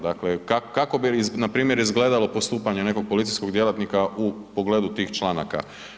Dakle, kako bi npr. izgledalo postupanje nekog policijskog djelatnika u pogledu tih članaka.